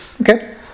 Okay